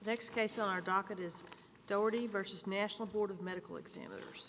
next case our docket is doherty versus national board of medical examiners